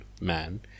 man